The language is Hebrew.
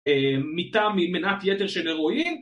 מיתה ממנת יתר של הרואין